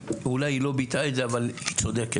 אולי היא לא ביטאה את זה אבל היא צודקת,